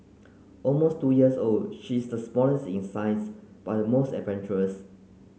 almost two years old she's the smallest in size but the most adventurous